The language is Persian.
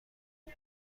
کنی